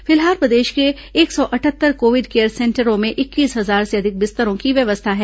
फिलहाल प्रदेश के एक सौ अटहत्तर कोविड केयर सेंटरों में इक्कीस हजार से अधिक बिस्तरों की व्यवस्था है